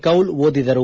ಕೌಲ್ ಓದಿದರು